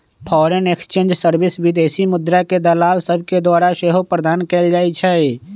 foreign exchange service विदेशी मुद्राके दलाल सभके द्वारा सेहो प्रदान कएल जाइ छइ